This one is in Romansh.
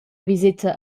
viseta